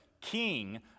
king